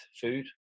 food